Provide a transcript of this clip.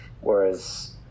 whereas